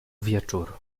wieczór